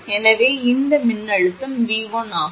எனவே இது மின்னழுத்தம் 𝑉1 ஆகும்